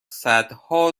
صدها